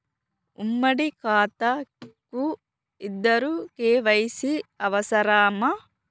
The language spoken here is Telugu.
ఉమ్మడి ఖాతా కు ఇద్దరు కే.వై.సీ అవసరమా?